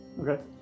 Okay